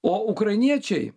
o ukrainiečiai